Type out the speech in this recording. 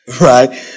Right